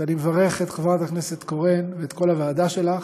אז אני מברך את חברת הכנסת קורן ואת כל הוועדה שלך.